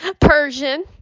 persian